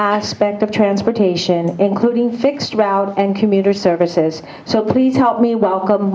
aspect of transportation including fixed routes and commuter services so please help me welcome